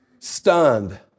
Stunned